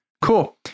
Cool